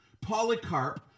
Polycarp